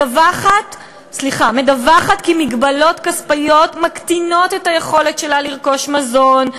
מדווחת כי מגבלות כספיות מקטינות את היכולת שלה לרכוש מזון,